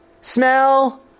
smell